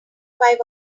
five